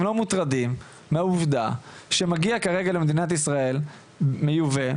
לא מוטרדים מהעובדה שמגיע כרגע למדינת ישראל קנאביס מיובא,